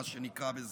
מה שנקרא בזמנו,